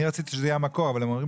אני רציתי שזה יהיה המקור אבל הם אומרים